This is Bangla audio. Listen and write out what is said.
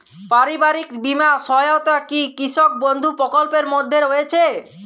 পারিবারিক বীমা সহায়তা কি কৃষক বন্ধু প্রকল্পের মধ্যে রয়েছে?